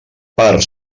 per